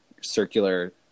circular